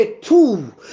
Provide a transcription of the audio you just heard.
two